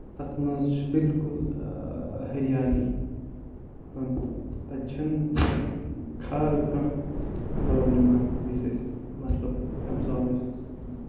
تَتھ منٛز چھُ بالکُل ۂرہالی تَتہِ چھُ نہٕ خال کانہہ برابلِمہ یُس اَسہِ مطلب ایبزارٕب